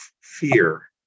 fear